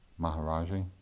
Maharaji